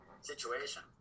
situation